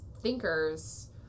thinkers